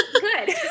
good